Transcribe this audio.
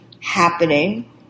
happening